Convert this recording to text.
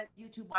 YouTube